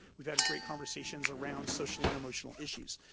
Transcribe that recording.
we've had great conversations around social and emotional issues.